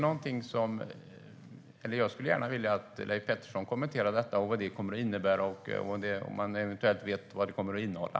Jag skulle vilja att Leif Pettersson kommenterar detta, vad propositionen kommer att innebära och om man eventuellt vet vad den kommer att innehålla.